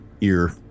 ear